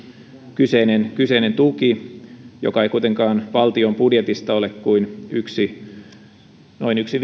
kyseinen kyseinen tuki joka ei kuitenkaan valtion budjetista ole kuin noin yksi